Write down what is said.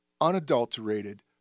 unadulterated